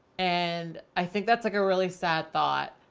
and i think that's like a really sad thought.